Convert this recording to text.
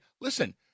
listen